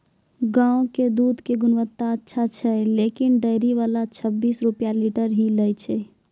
गांव के दूध के गुणवत्ता अच्छा छै लेकिन डेयरी वाला छब्बीस रुपिया लीटर ही लेय छै?